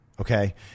Okay